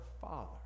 Father